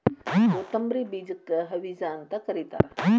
ಕೊತ್ತಂಬ್ರಿ ಬೇಜಕ್ಕ ಹವಿಜಾ ಅಂತ ಕರಿತಾರ